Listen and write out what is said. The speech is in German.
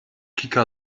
kika